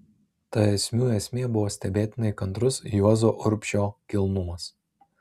ta esmių esmė buvo stebėtinai kantrus juozo urbšio kilnumas